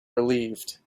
relieved